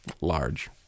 Large